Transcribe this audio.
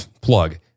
Plug